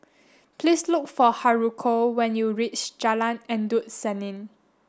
please look for Haruko when you reach Jalan Endut Senin